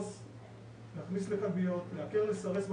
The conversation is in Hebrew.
להכניס לכלביות, לעקר/לסרס בכלביות,